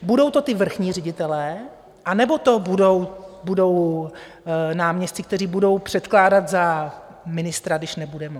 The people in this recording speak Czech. Budou to ti vrchní ředitelé, anebo to budou náměstci, kteří budou předkládat za ministra, když nebude moci?